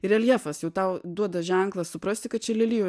ir reljefas jau tau duoda ženklą suprasti kad čia lelijų